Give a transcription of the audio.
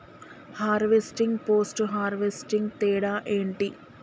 Harvesting, post harvesting తేడా ఏంటి?